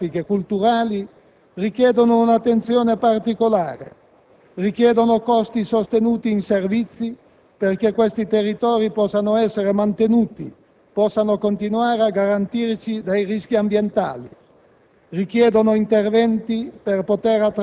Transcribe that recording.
Le sue peculiarità climatiche, orografiche e culturali richiedono un'attenzione particolare, richiedono costi sostenuti in servizi perché questi territori possano essere mantenuti, possano continuare a garantirci dai rischi ambientali;